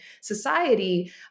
society